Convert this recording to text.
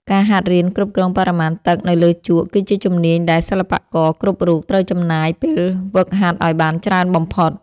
ការហាត់រៀនគ្រប់គ្រងបរិមាណទឹកនៅលើជក់គឺជាជំនាញដែលសិល្បករគ្រប់រូបត្រូវចំណាយពេលហ្វឹកហាត់ឱ្យបានច្រើនបំផុត។